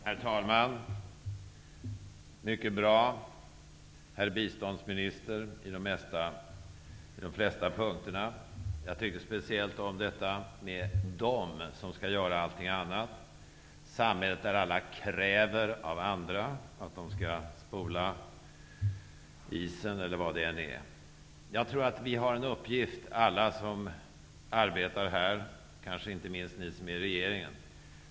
Herr talman! Det var mycket bra, herr biståndsminister, på de flesta punkter. Jag tycker speciellt om det han sade om ''andra som skall göra allting, samhället där alla kräver av andra att de skall t.ex. spola isen'', eller vad det nu var. Jag tror att vi alla som är här har en uppgift, inte minst ni i regeringen.